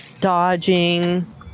dodging